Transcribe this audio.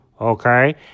Okay